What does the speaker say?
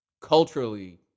culturally